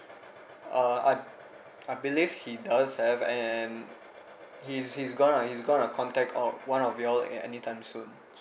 uh I I believe he does have and he's he's gonna he's gonna contact o~ one of you all at any time soon